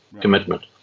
commitment